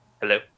Hello